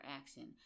action